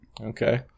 Okay